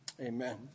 Amen